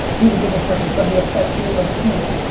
be the bigger person, somebody upsets you, like eat it.